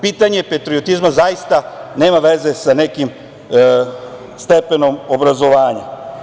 Pitanje patriotizma zaista nema veze sa nekim stepenom obrazovanja.